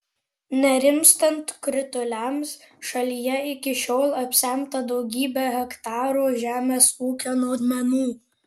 nerimstant krituliams šalyje iki šiol apsemta daugybė hektarų žemės ūkio naudmenų